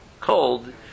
cold